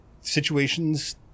situations